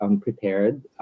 prepared